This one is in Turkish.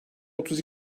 otuz